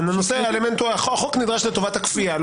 החוק נדרש לטובת הכפייה.